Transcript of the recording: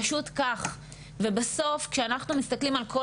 פשוט כך ובסוף כי אנחנו מסתכלים על כל